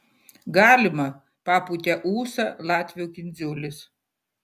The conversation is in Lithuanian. galima papūtė ūsą latvių kindziulis